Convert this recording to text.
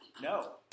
No